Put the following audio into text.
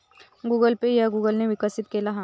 Google pay ह्या Google ने विकसित केला हा